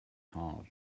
heart